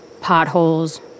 Potholes